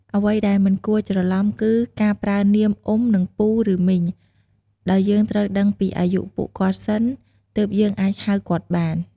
អ្វីដែលមិនគួរច្រឡំគឺ ការប្រើនាម "អ៊ុំ" និង "ពូ ឬ មីង" ដោយយើងត្រូវដឹងពីអាយុពួកគាត់សិន ទើបយើងអាចហៅគាត់បាន។